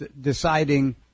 deciding